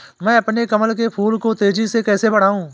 मैं अपने कमल के फूल को तेजी से कैसे बढाऊं?